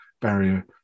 barrier